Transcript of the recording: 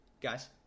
Guys